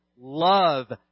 love